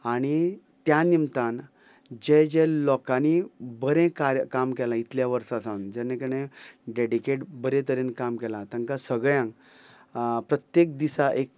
आणी त्या निमतान जे जे लोकांनी बरें कार्य काम केलां इतले वर्सां सावन जेणें डेडिकेट बरें तरेन काम केलां तांकां सगळ्यांक प्रत्येक दिसा एक